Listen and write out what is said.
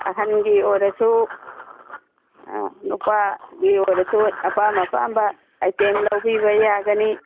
ꯑꯍꯟꯒꯤ ꯑꯣꯏꯔꯁꯨ ꯅꯨꯄꯥꯒꯤ ꯑꯣꯏꯔꯁꯨ ꯑꯄꯥꯝ ꯑꯄꯥꯝꯕ ꯑꯥꯏꯇꯦꯝ ꯂꯧꯕꯤꯕ ꯌꯥꯒꯅꯤ